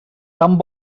tant